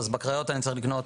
אז בקריות אני אצטרך לקנות,